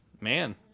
Man